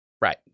Right